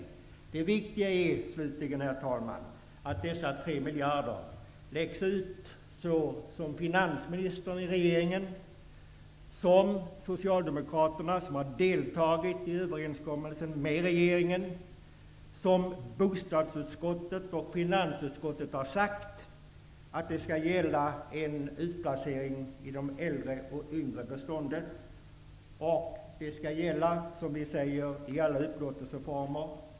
Det viktiga är, herr talman, att dessa 3 miljarder läggs ut så som finansministern, socialdemokraterna som har deltagit i överenskommelsen med regeringen, bostadsutskottet och finansutskottet har sagt, att det skall vara en utplacering i de äldre och yngre bestånden. Det skall, som vi säger, gälla alla upplåtelseformer.